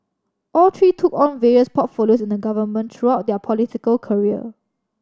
all three took on various portfolios in the government throughout their political career